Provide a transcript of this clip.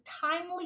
timely